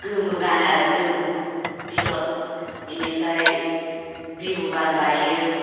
गोमो गानो आरो गोमो बिदन बेनिफ्राय बिहु बान लायो